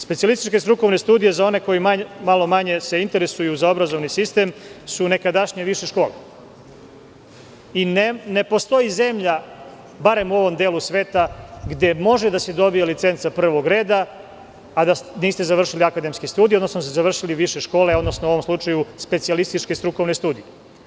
Specijalističke strukovne studije za one koji se malo manje interesuju za obrazovni sistem su nekadašnje više škole i ne postoji zemlja, barem u ovom delu sveta, gde može da se dobije licenca prvog reda a da niste završili akademske studije, odnosno da ste završili više škole, odnosno u ovom slučaju specijalističke strukovne studije.